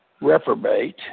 reprobate